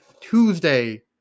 Tuesday